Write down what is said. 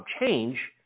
change